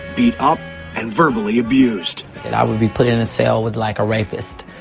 beat up and verbally abused. i would be put into a cell with like a rapist,